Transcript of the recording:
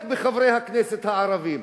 רק בחברי הכנסת הערבים.